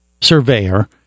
surveyor